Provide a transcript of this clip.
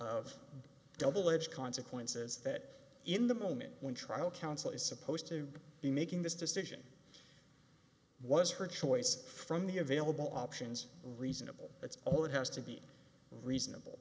of double edged consequences that in the moment when trial counsel is supposed to be making this decision was her choice from the available options reasonable that's all it has to be reasonable